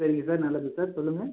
சரிங்க சார் நல்லது சார் சொல்லுங்கள்